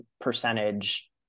percentage